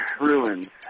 Ruins